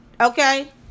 Okay